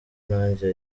nanjye